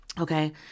Okay